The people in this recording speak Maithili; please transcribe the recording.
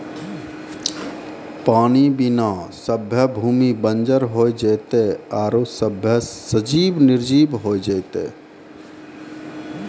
पानी बिना सभ्भे भूमि बंजर होय जेतै आरु सभ्भे सजिब निरजिब होय जेतै